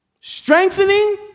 Strengthening